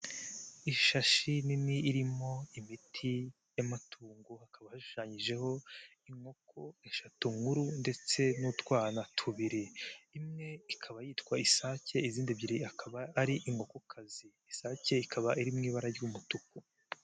Ishashi nini irimo imiti y'amatungo hakaba hashushanyijeho inkoko eshatu nkuru ndetse n'utwana tubiri, imwe ikaba yitwa isake izindi ebyiri akaba ari inkokokazi, isake ikaba iri mu ibara ry'umutuku.